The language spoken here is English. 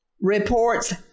reports